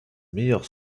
meilleurs